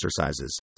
exercises